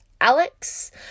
Alex